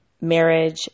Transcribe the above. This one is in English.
marriage